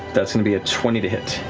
that's going to be a twenty to hit.